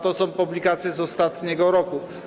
To są publikacje z ostatniego roku.